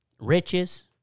Riches